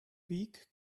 beak